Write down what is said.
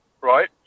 right